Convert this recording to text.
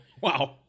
Wow